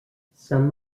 some